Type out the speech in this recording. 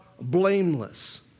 blameless